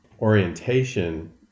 orientation